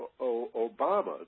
Obama